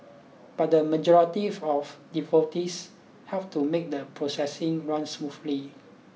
but the majority of devotees helped to make the procession run smoothly